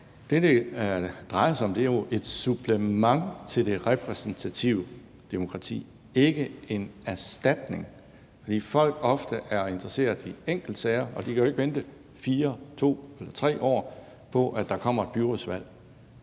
Det, det drejer sig om, er jo et supplement til det repræsentative demokrati, ikke en erstatning. Folk er jo ofte interesseret i enkeltsager, og de kan jo ikke vente 2, 3 eller 4 år på, at der kommer et byrådsvalg.